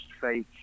fake